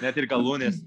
net ir galūnės